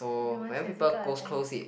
she wants physical attention